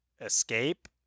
escape